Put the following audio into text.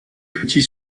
petits